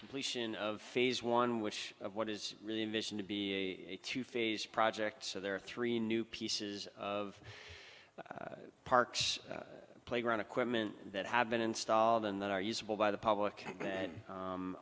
completion of phase one which of what is really mission to be a two phase project so there are three new pieces of parks playground equipment that have been installed and that are usable by the public